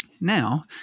Now